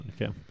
Okay